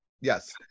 Yes